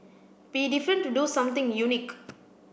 be different to do something unique